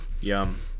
Yum